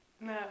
No